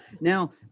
Now